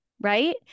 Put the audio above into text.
right